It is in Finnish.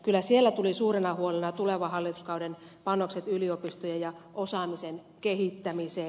kyllä siellä oli suurena huolena tulevan hallituskauden panokset yliopistojen ja osaamisen kehittämiseen